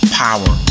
power